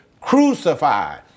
crucified